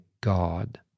God